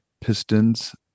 Piston's